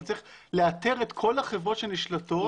אתה צריך לאתר את כל החברות שנשלטות,